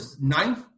ninth